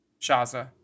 Shaza